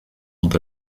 und